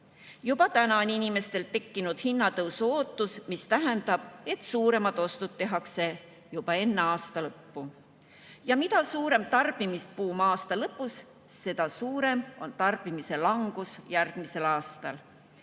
Juba täna on inimesed hakanud hinnatõusuga [arvestama], mis tähendab, et suuremad ostud tehakse juba enne aasta lõppu. Ja mida suurem tarbimisbuum aasta lõpus, seda suurem on tarbimise langus järgmisel aastal.